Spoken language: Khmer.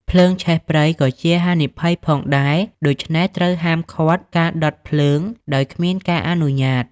ភ្លើងឆេះព្រៃ ក៏ជាហានិភ័យផងដែរ ដូច្នេះត្រូវហាមឃាត់ការដុតភ្លើងដោយគ្មានការអនុញ្ញាត។